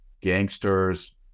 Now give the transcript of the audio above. gangsters